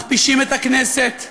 מכפישים את הכנסת,